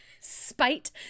spite